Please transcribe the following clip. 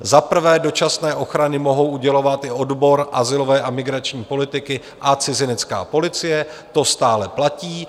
Za prvé dočasné ochrany mohou udělovat i odbor azylové a migrační politiky a cizinecká policie, to stále platí.